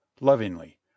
lovingly